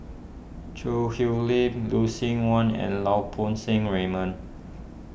Choo Hwee Lim Lucien Wang and Lau Poo Seng Raymond